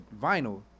vinyl